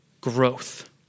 growth